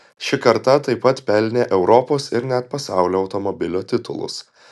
ši karta taip pat pelnė europos ir net pasaulio automobilio titulus